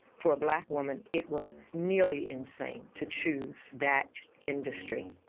for a black woman it was nearly insane to choose that industry.